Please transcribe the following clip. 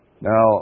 Now